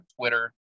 Twitter